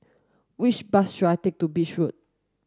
which bus should I take to Beach Road